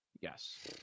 Yes